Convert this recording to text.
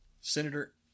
Senator